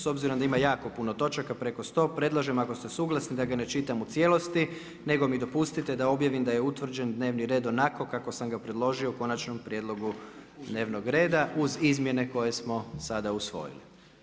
S obzirom da ima jako puno točaka, preko 100, predlažem ako ste suglasni da ga ne čitam u cijelosti, nego mi dopustite da je utvrđen dnevni red onako kao sam ga predložio u konačnom prijedlogu dnevnog reda, uz izmjene koje smo sada usvojili.